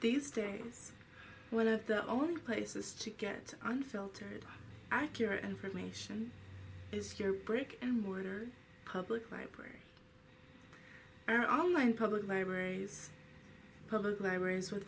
these days one of the only places to get unfiltered accurate information is your brick and mortar public library or online public libraries public libraries with